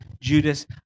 Judas